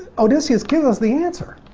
odysseus gives us the answer.